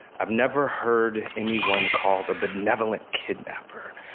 i've never heard anyone called a benevolent kidnapper.